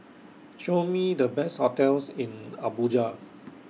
Show Me The Best hotels in Abuja